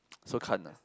so can't ah